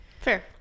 fair